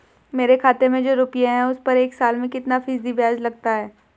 मेरे खाते में जो रुपये हैं उस पर एक साल में कितना फ़ीसदी ब्याज लगता है?